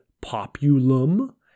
Populum